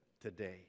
today